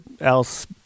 else